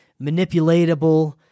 manipulatable